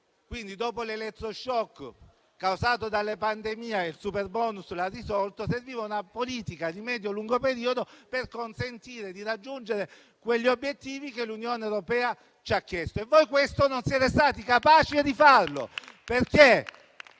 Dopo l'elettroshock causato dalle pandemia e risolto dal superbonus, serviva una politica di medio-lungo periodo per consentire di raggiungere quegli obiettivi che l'Unione europea ci ha chiesto, ma voi non siete stati capaci di farlo.